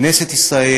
כנסת ישראל